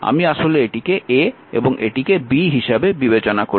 আমি আসলে এটিকে a' এবং এটিকে b' হিসাবে বিবেচনা করেছি